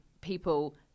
people